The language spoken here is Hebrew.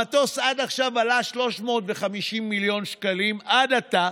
המטוס עד עכשיו עלה 350 מיליון שקלים, עד עתה.